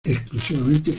exclusivamente